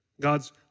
God's